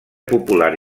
popular